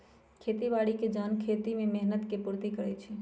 खेती बाड़ी के जन खेती में मेहनत के पूर्ति करइ छइ